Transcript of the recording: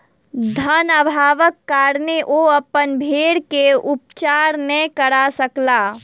धन अभावक कारणेँ ओ अपन भेड़ के उपचार नै करा सकला